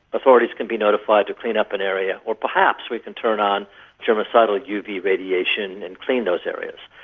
authorities can be notified to clean up an area, or perhaps we can turn on germicidal uv radiation and clean those areas.